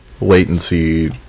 latency